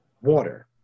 water